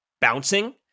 bouncing